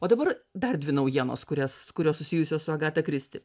o dabar dar dvi naujienos kurias kurios susijusios su agata kristi